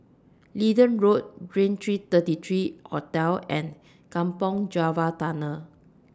Leedon Road Raintr thirty three Hotel and Kampong Java Tunnel